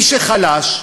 מי שחלש,